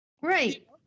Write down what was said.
Right